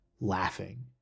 laughing